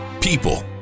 people